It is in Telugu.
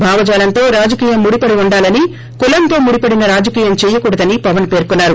భావజాలంతో రాజకీయం ముడిపడి ఉండాలని కులంతో ముడిపడిన రాజకీయం చేయకూడదని పవన్ పెర్కున్సారు